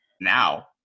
now